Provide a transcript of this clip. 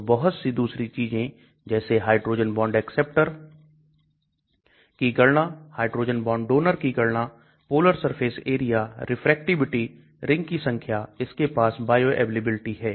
तो बहुत सी दूसरी चीजें जैसे हाइड्रोजन बॉन्ड एक्सेप्टर की गणना हाइड्रोजन बॉन्ड डोनर की गणना polar surface area refractivity ring की संख्या इसके पास बायोअवेलेबिलिटी है